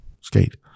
skate